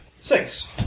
Six